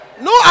No